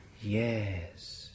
Yes